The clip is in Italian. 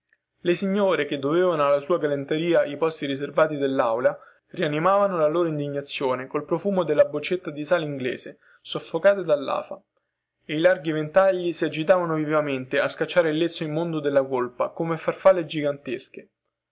le signore che dovevano alla sua galanteria i posti riservati dellaula rianimavano la loro indignazione col profumo della boccetta di sale inglese soffocate dallafa e i larghi ventagli si agitavano vivamente a scacciare il lezzo immondo della colpa come farfalle gigantesche